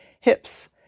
hips